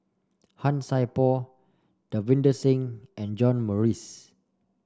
Han Sai Por Davinder Singh and John Morrice